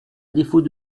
défaut